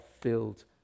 filled